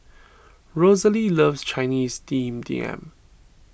Rosalie loves Chinese Steamed Yam